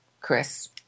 Chris